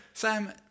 Sam